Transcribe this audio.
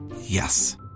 Yes